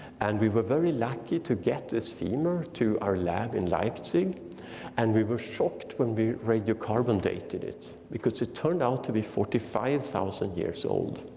and we were very lucky to get this femur to our lab in leipzig and we were shocked when we radiocarbon dated it. because it turned out to be forty five thousand years old.